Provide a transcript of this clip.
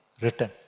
written